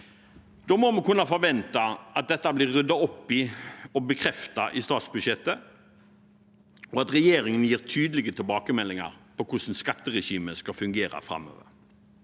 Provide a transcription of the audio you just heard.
Da må vi kunne forvente at dette blir ryddet opp i og bekreftet i statsbudsjettet, og at regjeringen gir tydelige tilbakemeldinger på hvordan skatteregimet skal fungere framover.